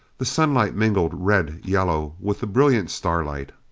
the sunlight mingled red-yellow with the brilliant starlight.